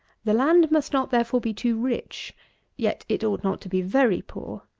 the land must not, therefore, be too rich yet it ought not to be very poor.